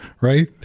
right